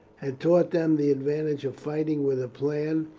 had taught them the advantage of fighting with a plan,